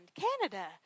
Canada